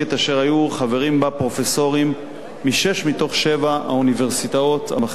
פרופסורים משש מתוך שבע אוניברסיטאות המחקר הקיימות,